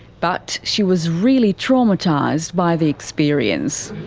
but she was really traumatised by the experience.